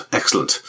excellent